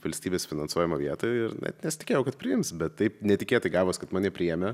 valstybės finansuojamą vietą ir net nesitikėjau kad priims bet taip netikėtai gavos kad mane priėmė